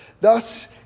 thus